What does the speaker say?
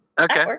Okay